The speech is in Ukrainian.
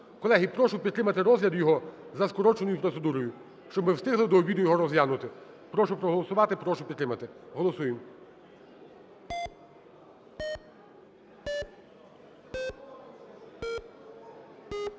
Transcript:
Колеги, прошу підтримати розгляд його за скороченою процедурою, щоб ми могли його до обіду розглянути. Прошу проголосувати, прошу підтримати. Голосуємо.